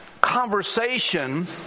conversation